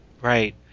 Right